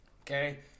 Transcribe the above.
Okay